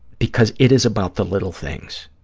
because it is about the little things,